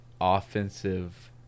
offensive